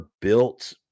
built